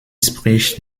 spricht